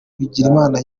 bigirimana